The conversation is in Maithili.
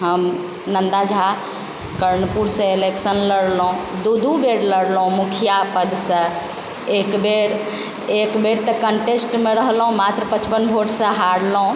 हम नन्दा झा कर्णपुरसँ इलेक्शन लड़लहुँ दू दू बेर लड़लहुँ मुखिया पदसँ एक बेर एक बेर कॉन्टेस्टमे रहलहुँ मात्र पचपन वोटसँ हारलहुँ